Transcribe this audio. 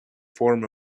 form